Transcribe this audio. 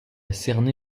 cerné